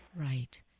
Right